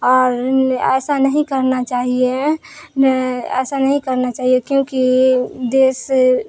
اور ایسا نہیں کرنا چاہیے ایسا نہیں کرنا چاہیے کیونکہ دیس